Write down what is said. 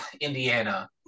Indiana